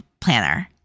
planner